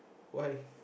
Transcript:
why